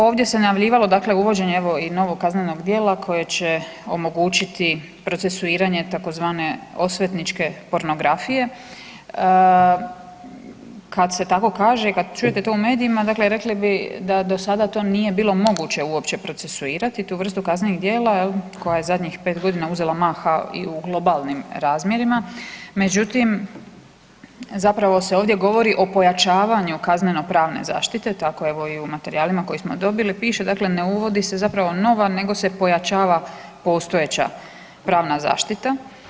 Ovdje se najavljivalo, dakle uvođenje evo i novog kaznenog djela koje će omogućiti procesuiranje tzv. osvetničke pornografije, kad se tako kaže i kad čujete to u medijima, rekli bi da do sada to nije bilo moguće uopće procesuirati, tu vrstu kaznenih djela, je li, koja je u zadnjih 5 godina uzela maha i u globalnim razmjerima, međutim, zapravo se ovdje govori o pojačavanju kaznenopravne zaštite, tako evo i u materijalima koje smo dobili piše, dakle ne uvodi se zapravo nova, nego se pojačava postojeća pravna zaštita.